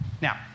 Now